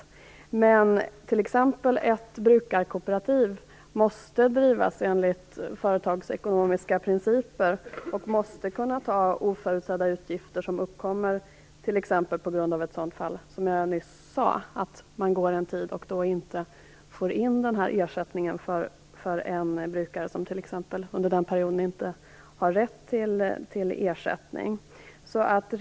Men ett brukarkooperativ måste drivas enligt företagsekonomiska principer och måste kunna ta oförutsedda utgifter som uppkommer t.ex. på grund av ett sådant fall som jag nyss nämnde, nämligen att man under en tid inte får in ersättningen för en brukare som inte har rätt till ersättning under den perioden.